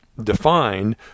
Defined